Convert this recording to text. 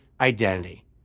identity